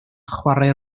chwarae